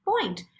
point